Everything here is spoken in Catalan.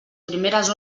primeres